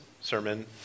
sermon